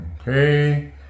okay